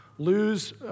Lose